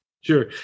sure